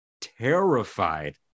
terrified